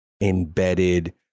embedded